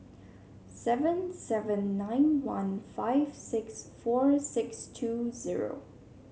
seven seven nine one five six four six two zero